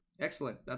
Excellent